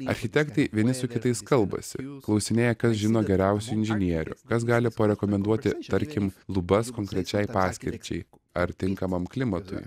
architektai vieni su kitais kalbasi klausinėja kas žino geriausių inžinierių kas gali parekomenduoti tarkim lubas konkrečiai paskirčiai ar tinkamam klimatui